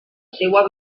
seua